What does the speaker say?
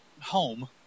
home